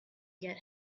get